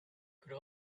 could